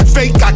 Fake